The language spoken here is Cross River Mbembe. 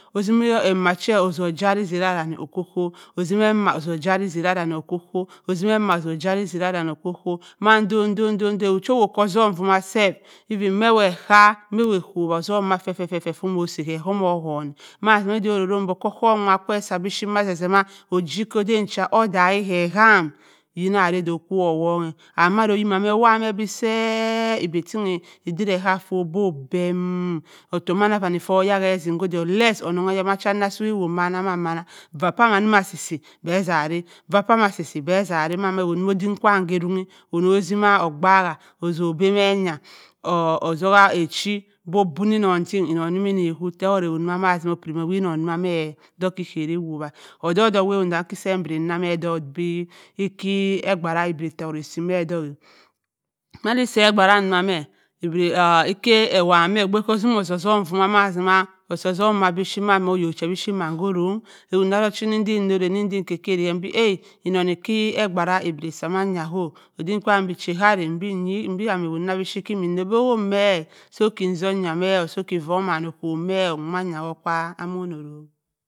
Ozimini ome che ozu charri ezara danni okko-okwop ozimmi eme ozum garri ezara danni okko-okwop, ozumi eme garri ezara danni okko-okwop mando-do-do-do awott cho owott ozum wa self efin me ewot ekka me ewott akowabu ozum feh-feh-feh fo mosi ke kommo ohon-a ma orronng bi oki ohohum kwe o’sa bipuyrit ma-zeh-zeh ma ojibu okkoden odabui ke ohom di n’arraa che okko-owonku-a and do eyimma me o’wobu me bi seep e diree ma fot be beemm ottoku mando wani ffo oyak-ue azim kko da on less onnonybue mache suwi ohop me vapaam anamma asi be zeh arra odoma odim kwaam khe eronyi onozima odaak-ua ozu bame ozuk-ua agi-e bo obuuhi ennnon ting, ennon namme ewott, ttewott awu-da ttiri pyiri ma owuri ennon ma me dok-akarra awobu-wa odok-odok wawott da iken se pyiri ana me odok ikyi ebuera otte wott a’si-me odok-a madi see ebhera ma-me ekka euowa me oba-e osi ozum famma zima osi ozum mabipuyir ohok che dipuyri ma kko orrong awott ma ekkanna di n’orrau kakarri me mdi aa ennon ke e buera e’bipuyir osi manyi oo odim kwaam bi pee ka arra m’bi enyi obi kum owott domanm be chi ke na obi owobu me-a so ki ozun o’sime so-ki va ommane me-o wanyaa manko-orromg.